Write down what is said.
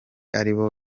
aribo